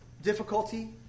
difficulty